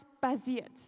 basiert